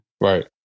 Right